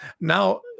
Now